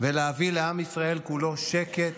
ולהביא לעם ישראל כולו שקט,